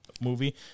movie